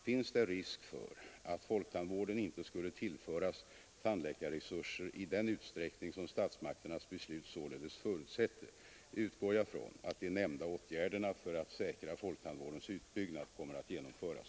Finns det risk för att folktandvården inte skulle tillföras tandläkarresurser i den utsträckning som statsmakternas beslut således förutsätter, utgår jag från att de nämnda åtgärderna för att säkra folktandvårdens utbyggnad kommer att genomföras.